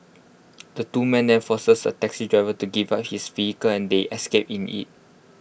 the two men then forced A taxi driver to give up his vehicle and they escaped in IT